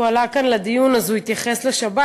כשהוא עלה לדיון הוא התייחס לשבת,